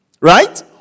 right